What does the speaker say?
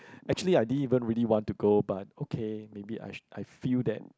actually I didn't even really want to go but okay maybe I should I feel that